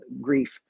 grief